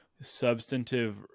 substantive